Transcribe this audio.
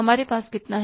हमारे पास कितना है